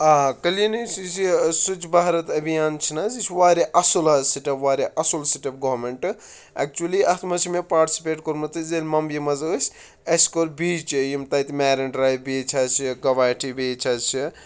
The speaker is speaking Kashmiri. آ کٔلیٖنِنٛگ سۄچ بھارت ابھیان چھِ نہٕ حظ یہِ چھُ واریاہ اَصٕل حظ سِٹَیٚپ واریاہ اَصٕل سِٹیٚپ گورنمنٹ اٮ۪کچُلی اَتھ منٛز چھِ مےٚ پاٹسِپیٹ کوٚرمُت أسۍ ییٚلہِ ممبِیہِ منٛز ٲسۍ اَسِہ کوٚر بیٖچے یِم تَتہِ مٮ۪رِن ڈرٛایِو بیٖچ حظ چھِ گوہاٹی بیٖچ حظ چھِ